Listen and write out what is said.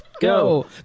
Go